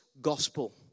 gospel